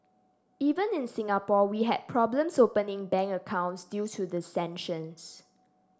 even in Singapore we had problems opening bank accounts due to the sanctions